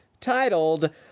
titled